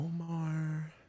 Omar